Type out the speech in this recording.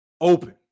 open